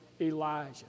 Elijah